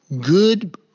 good